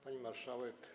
Pani Marszałek!